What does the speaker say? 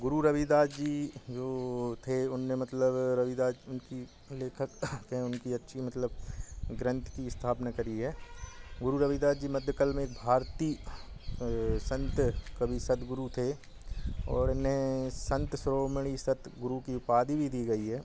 गुरू रविदास जी जो थे उनने मतलब रविदास उनकी लेखक थे उनकी अच्छी मतलब ग्रंथ की स्थापना करी है गुरू रविदास जी मध्यकाल में एक भारतीय संत कवि सद्गुरु थे और इन्हें संत शिरोमणि सतगुरु की उपाधि भी दी गई है